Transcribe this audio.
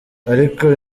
ariko